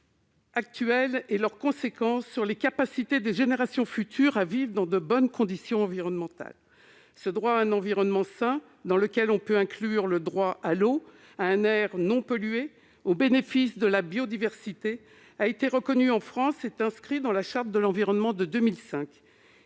actuelles ont des conséquences sur la capacité des générations futures à vivre dans de bonnes conditions environnementales. Ce droit à un environnement sain, dans lequel il faut inclure le droit à l'eau, un air non pollué et les bénéfices de la biodiversité a été reconnu en France et inscrit dans la Charte de l'environnement de 2004.